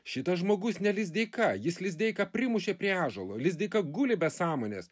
šitas žmogus ne lizdeika jis lizdeiką primušė prie ąžuolo lizdeika guli be sąmonės